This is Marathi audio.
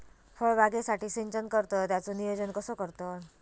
फळबागेसाठी सिंचन करतत त्याचो नियोजन कसो करतत?